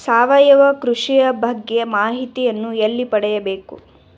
ಸಾವಯವ ಕೃಷಿಯ ಬಗ್ಗೆ ಮಾಹಿತಿಯನ್ನು ಎಲ್ಲಿ ಪಡೆಯಬೇಕು?